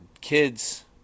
kids